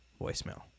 voicemail